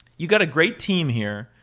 you got a great team here.